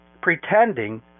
pretending